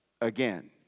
again